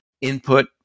input